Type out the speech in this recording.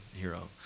hero